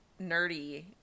nerdy